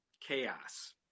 chaos